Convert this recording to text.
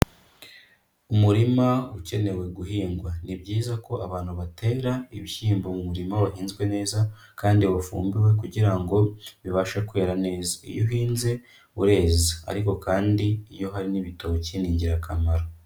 Umurima ukenewe guhingwa, ni byiza ko abantu batera ibishyimbo mu murima wahinzwe neza, kandi wafumbiwe kugira ngo bibashe kwera neza. Iyo uhinze ureza, ariko kandi iyo hari n'ibitoki ni ingirakamaro.